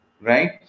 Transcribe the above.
right